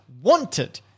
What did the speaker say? Wanted